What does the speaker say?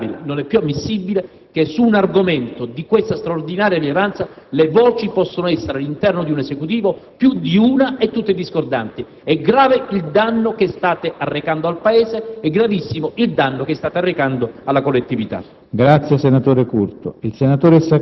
perché non è più possibile, non è più tollerabile, non è più ammissibile che su un argomento di così straordinaria rilevanza le voci all'interno di un Esecutivo possano essere più di una e tutte discordanti. È grave il danno che state arrecando al Paese; è gravissimo il danno che state arrecando alla collettività.